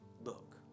book